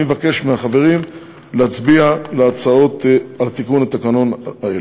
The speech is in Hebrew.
אני מבקש מהחברים להצביע על ההצעות האלה לתיקון התקנון.